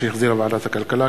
שהחזירה ועדת הכלכלה.